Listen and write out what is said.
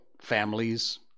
families